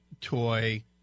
toy